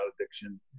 addiction